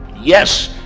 yes,